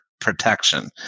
protection